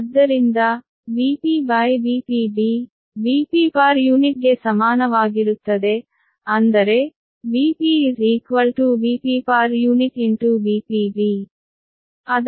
ಆದ್ದರಿಂದ VpVpB Vppuಗೆ ಸಮಾನವಾಗಿರುತ್ತದೆ ಅಂದರೆ Vp V p VpB